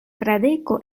fradeko